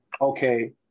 okay